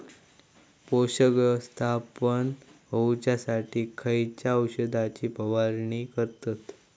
पोषक व्यवस्थापन होऊच्यासाठी खयच्या औषधाची फवारणी करतत?